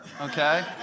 okay